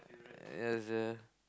ya sia